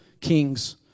kings